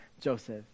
Joseph